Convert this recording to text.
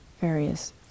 various